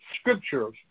scriptures